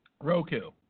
Roku